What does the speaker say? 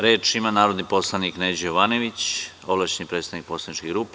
Reč ima narodni poslanik Neđo Jovanović, ovlašćeni predstavnike poslaničke grupe.